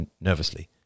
nervously